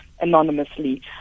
anonymously